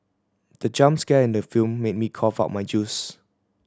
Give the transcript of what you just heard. the jump scare in the film made me cough out my juice